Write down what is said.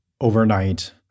overnight